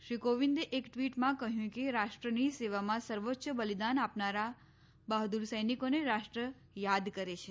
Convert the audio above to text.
શ્રી કોવિદે એક ટ્વીટમાં કહ્યું કે રાષ્ટ્રની સેવામાં સર્વોચ્ય બલિદાન આપનારા બહાદુર સૈનિકોને રાષ્ટ્ર યાદ કરે છે